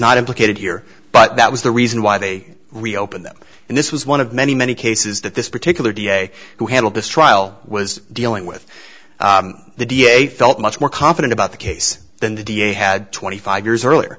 not implicated here but that was the reason why they reopened them and this was one of many many cases that this particular da who handled this trial was dealing with the d a felt much more confident about the case than the da had twenty five years earlier